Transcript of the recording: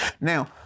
Now